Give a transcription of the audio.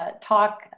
talk